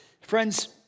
Friends